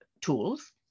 tools